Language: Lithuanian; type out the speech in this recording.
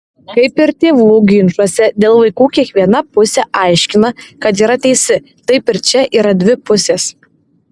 kaip ir tėvų ginčuose dėl vaikų kiekviena pusė aiškina kad yra teisi taip ir čia yra dvi pusės